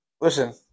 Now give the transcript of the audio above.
Listen